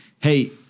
hey